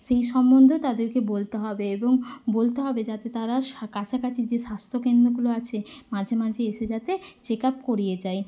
সেই সম্বন্ধেও তাদেরকে বলতে হবে এবং বলতে হবে যাতে তারা সা কাছাকাছি যে স্বাস্থ্যকেন্দ্রগুলো আছে মাঝেমাঝে এসে যাতে চেক আপ করিয়ে যায়